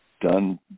done